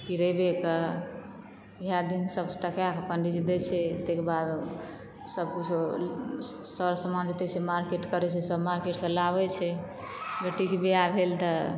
की रविके इएह दिन सब ताकि कऽ पंडिजी दै छै ताहिके बाद सब किछु सर समाज जेतय छै मार्केट करै छै सब मार्केट सॅं लाबै छै बेटी के बियाह भेल तऽ